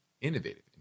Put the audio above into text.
Innovative